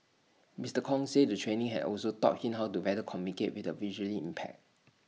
Mister Kong said the training has also taught him how to better communicate with the visually impaired